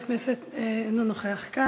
אינו נוכח כאן.